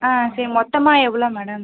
ஆ சே மொத்தமாக எவ்வளோ மேடம்